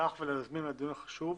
וליוזמי הדיון על הדיון החשוב.